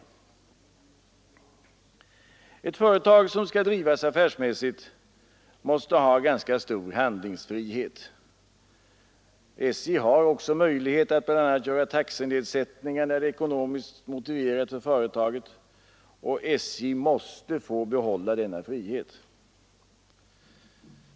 Det företag som skall drivas affärsmässigt måste ha ganska stor handlingsfrihet. SJ har också möjlighet att bl.a. göra taxenedsättningar när det är ekonomiskt motiverat för företaget. SJ måste få behålla denna frihet.